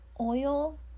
oil